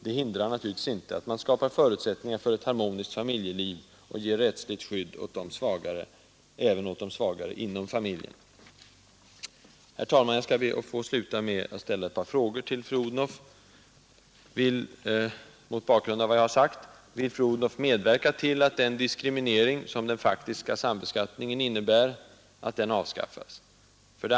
Detta hindrar naturligtvis inte att man skapar förutsättningar för ett harmoniskt familjeliv och ger rättsligt skydd åt de svagare inom familjen. Herr talman, jag skall be att få sluta med att ställa några frågor till fru Odhnoff: 1. vill fru Odhnoff, mot bakgrund av vad jag nu har sagt, medverka till att den diskriminering som den faktiska sambeskattningen innebär avskaffas?